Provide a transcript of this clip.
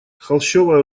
холщовая